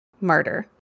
murder